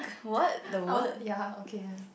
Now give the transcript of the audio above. I want ya okay then